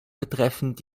betreffend